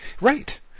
Right